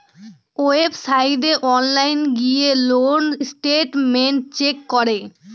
ওয়েবসাইটে অনলাইন গিয়ে loan statement check করে